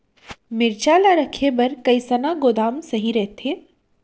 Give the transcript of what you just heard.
मिरचा ला रखे बर कईसना गोदाम सही रइथे?